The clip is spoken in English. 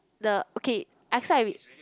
the okay I side with